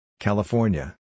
California